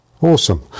awesome